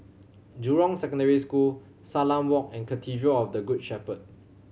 Jurong Secondary School Salam Walk and Cathedral of the Good Shepherd